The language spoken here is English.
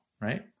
right